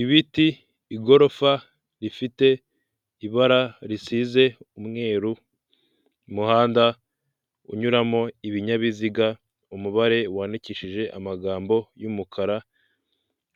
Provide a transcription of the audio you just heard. Ibiti, igorofa rifite ibara risize umweru, umuhanda unyuramo ibinyabiziga, umubare wandikishije amagambo y'umukara